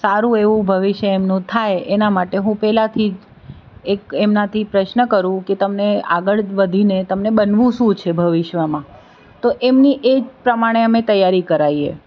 સારું એવું ભવિષ્ય એમનું થાય એના માટે હું પહેલાંથી જ એક એમનાથી પ્રશ્ન કરું કે તમને આગળ વધીને તમને બનવું શું છે ભવિષ્યમાં તો એમની એ પ્રમાણે અમે તૈયારી કરાવીએ